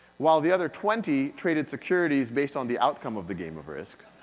while the other twenty traded securities based on the outcome of the game of risk.